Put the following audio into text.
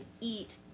eat